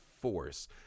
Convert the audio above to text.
force